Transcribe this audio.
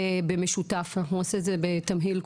אנחנו נרד לרזולוציות.